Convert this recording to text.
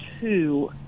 two